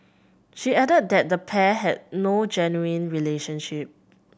she added that the pair had no genuine relationship